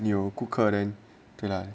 有顾客 then tonight